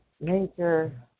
major